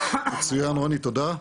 רוני תודה.